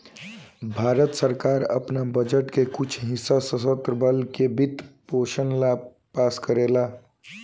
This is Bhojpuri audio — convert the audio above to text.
भारत सरकार आपन बजट के कुछ हिस्सा सशस्त्र बल के वित्त पोषण ला पास करेले